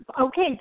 okay